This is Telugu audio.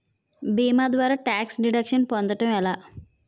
భీమా ద్వారా టాక్స్ డిడక్షన్ పొందటం ఎలా?